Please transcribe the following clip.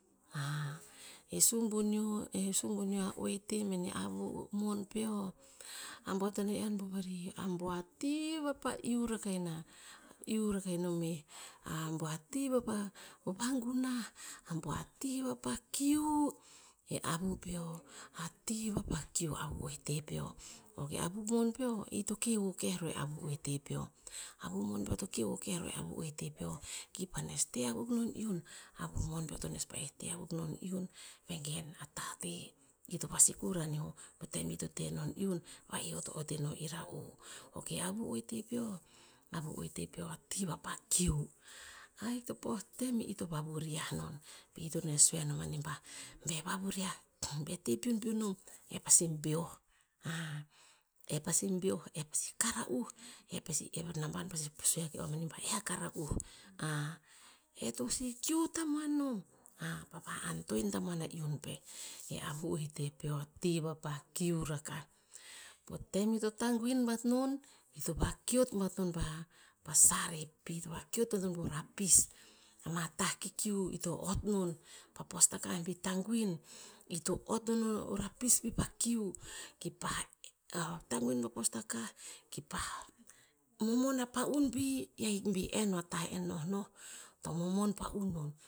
e subuneo- e subuneo a oete beneh avu mohn peo, a buanton aiyan bom arih, abua tii vapah iuh rakah inah- iuh rakah inah meh. A bua tii vapa vagunah, abua tii vapa kiu, eh avu peo ati vapa kiu, avu oete peo. Ok avu mon peo i to keho keh roh e avu eote peo, avu mon peo to keho keh roh e avu eote peo to paeh nes te akuk non sih iun, avu peo to paeh nes te akuk non iun. Vegen a tate i to vasikur oh anio potem ito te non iun va'ih eoto ot ino ira u. Ok avu oete peo, avu oete peo ati vapa kiu, ahik to pohtem ito vavuriah non, ito nes sue anon manih bah, be vavuriah be te piunpiun, nom epasi beoh, huh, e pasi bo-eoh epasi kara uh, epasi namban pasi sue ake uah mani bah eh akara. etosi kiu tamuan nom pa va antoen tamoan a iun peh. E avu oete peo ati vapa kiu rakah. Potem i to tanguin bat non, to vakiot bat non pa- pa sarep, to vakiot ban to po rapis, ama tah kikiu ito ot non. Pa postakah bi tanguin ito ot non o rapis pa kiu, pa tanguin pa postakah ki pah momon a pa un pi, i ahik bi en o atah en nohnoh, to monmon pa un non.